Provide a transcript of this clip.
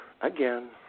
Again